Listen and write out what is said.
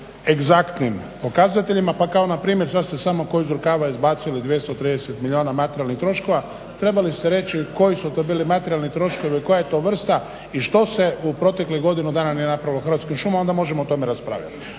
Pa kao na primjer sad ste samo ko iz rukava 230 milijuna materijalnih troškova. Trebali ste reći koji su to bili materijalni troškovi. Koja je to vrsta i što se u proteklih godinu dana nije napravilo u Hrvatskim šumama. Onda možemo o tome raspravljati.